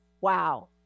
wow